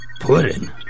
Pudding